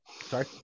Sorry